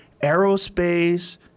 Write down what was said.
aerospace